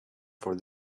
for